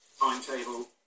timetable